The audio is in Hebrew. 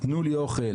"תנו לי אוכל",